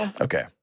Okay